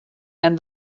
and